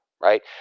right